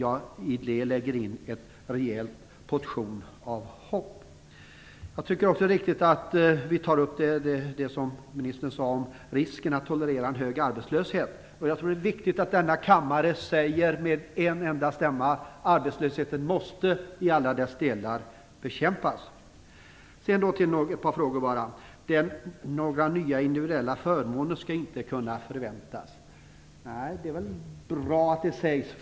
I det lägger jag in en rejäl portion hopp. Det är också viktigt att vi tar upp det som ministern sade om risken med att tolerera en hög arbetslöshet. Jag tror att det är viktigt att denna kammare med en enda stämma säger att arbetslösheten måste bekämpas i alla dess delar. Så till några andra frågor. Några nya individuella förmåner skall inte kunna förväntas. Nej, det är väl bra att det sägs.